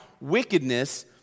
wickedness